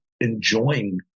enjoying